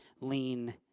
lean